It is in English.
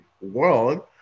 world